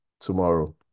tomorrow